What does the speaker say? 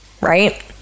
right